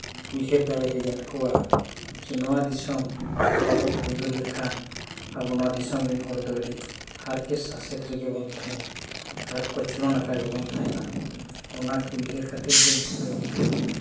ᱩᱭᱦᱟᱹᱨ ᱫᱟᱲᱮ ᱦᱮᱡ ᱟᱫ ᱠᱚᱣᱟ ᱡᱮ ᱱᱚᱣᱟ ᱫᱤᱥᱚᱢ ᱵᱟᱵᱚ ᱯᱷᱩᱨᱜᱟᱹᱞ ᱞᱮᱠᱷᱟᱱ ᱟᱵᱚ ᱱᱚᱣᱟ ᱫᱤᱥᱚᱢ ᱨᱮᱱ ᱦᱚᱲ ᱫᱚ ᱟᱹᱰᱤ ᱦᱟᱨᱠᱮᱛ ᱥᱟᱥᱮᱛ ᱨᱮᱜᱮ ᱵᱚᱱ ᱛᱟᱦᱮᱱᱟ ᱟᱨ ᱠᱚᱪᱞᱚᱱ ᱟᱠᱟᱜ ᱜᱮ ᱵᱚᱱ ᱛᱟᱦᱮᱱᱟ ᱚᱱᱟ ᱠᱚ ᱩᱭᱦᱟᱹᱨ ᱠᱟᱛᱮ ᱜᱮ ᱩᱱᱠᱩ ᱫᱚ